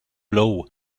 blow